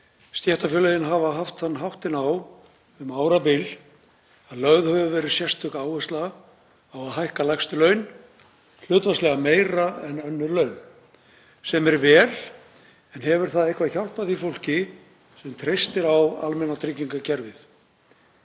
Stéttarfélögin hafa haft þann háttinn á um árabil að lögð hefur verið sérstök áhersla á að hækka lægstu laun hlutfallslega meira en önnur laun, sem er vel, en hefur það eitthvað hjálpað því fólki sem treystir á almannatryggingakerfið?